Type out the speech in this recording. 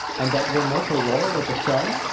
and that you'll make her royal with the stone,